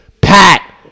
Pat